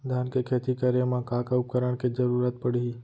धान के खेती करे मा का का उपकरण के जरूरत पड़हि?